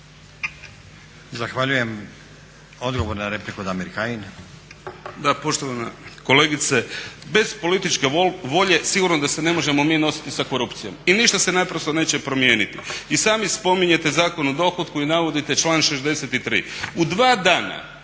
Zahvaljujem. Odgovor na repliku Damir Kajin.